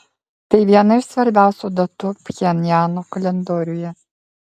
tai viena iš svarbiausių datų pchenjano kalendoriuje